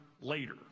later